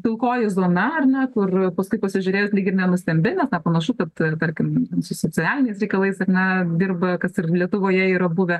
pilkoji zona ar ne kur paskui pasižiūrėjus lyg ir nenustembi nes nepanašu kad tarkim ten su socialiniais reikalais ar ne dirba kas ir lietuvoje yra buvę